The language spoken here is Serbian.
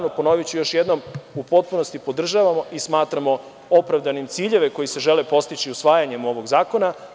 Ponoviću još jednom, u potpunosti podržavamo i smatramo opravdanim ciljeve koji se žele postići usvajanjem ovog zakona.